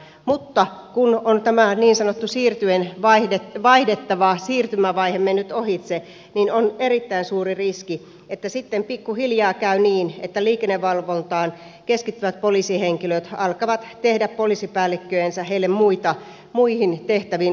mutta kun on tämä niin sanottu siirtyen vaihdettava siirtymävaihe mennyt ohitse niin on erittäin suuri riski että sitten pikkuhiljaa käy niin että liikennevalvontaan keskittyvät poliisihenkilöt alkavat tehdä poliisipäällikköjensä heille muihin tehtäviin osoittamia töitä